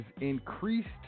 increased